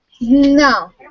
No